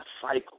cycle